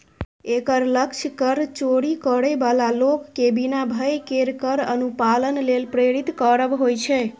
एकर लक्ष्य कर चोरी करै बला लोक कें बिना भय केर कर अनुपालन लेल प्रेरित करब होइ छै